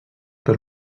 per